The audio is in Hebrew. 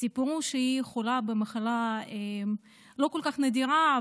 וסיפרו שהיא חולה במחלה לא כל כך נדירה,